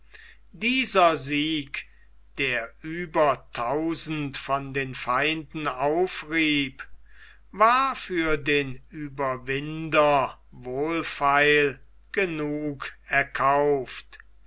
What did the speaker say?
dieser sieg der über tausend von den feinden aufrieb war für den ueberwinder wohlfeil genug erkauft